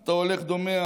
אתה הולך דומע